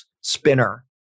spinner